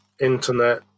internet